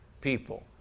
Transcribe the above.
people